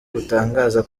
butangaza